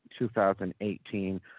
2018